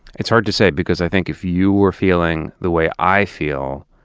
it's hard to say because i think if you were feeling the way i feel,